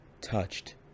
touched